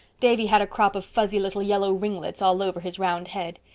davy had a crop of fuzzy little yellow ringlets all over his round head.